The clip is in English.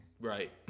Right